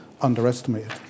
underestimated